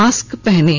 mask पहनें